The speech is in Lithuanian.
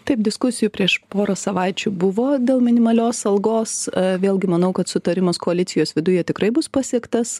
taip diskusijų prieš porą savaičių buvo dėl minimalios algos vėlgi manau kad sutarimas koalicijos viduje tikrai bus pasiektas